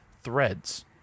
threads